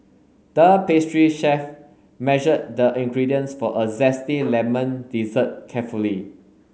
the pastry chef measured the ingredients for a zesty lemon dessert carefully